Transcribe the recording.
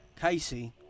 Casey